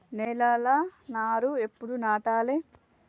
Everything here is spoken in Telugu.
నేలలా నారు ఎప్పుడు నాటాలె?